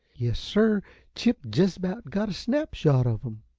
yes, sir chip jest about got a snap shot of em.